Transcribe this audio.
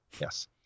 Yes